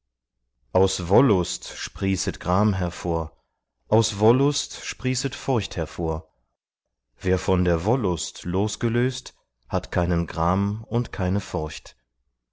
aus wollust sprießet gram hervor aus wollust sprießet furcht hervor wer von der wollust losgelöst hat keinen gram und keine furcht